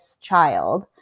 child